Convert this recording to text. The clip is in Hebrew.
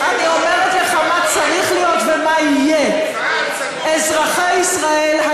אני אומרת לך מה צריך להיות ומה יהיה: אזרחי ישראל,